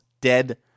dead